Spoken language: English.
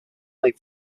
made